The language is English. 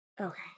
Okay